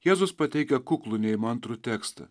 jėzus pateikia kuklų neįmantrų tekstą